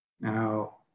Now